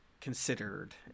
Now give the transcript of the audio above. considered